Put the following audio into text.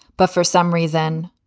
but for some reason,